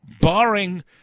barring